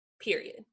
period